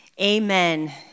amen